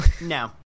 No